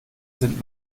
sind